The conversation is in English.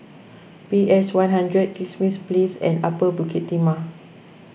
P S one hundred Kismis Place and Upper Bukit Timah